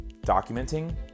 documenting